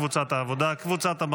קארין אלהרר,